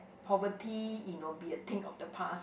poverty you know be a thing of the past